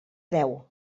deu